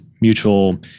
mutual